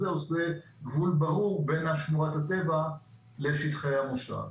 עושה תחום ברור בין שמורת הטבע לשטחי המושב.